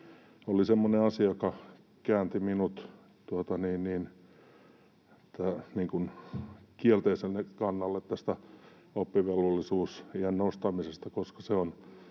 oli semmoinen asia, joka käänsi minut kielteiselle kannalle tästä oppivelvollisuusiän nostamisesta,